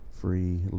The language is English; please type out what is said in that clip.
free